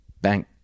bank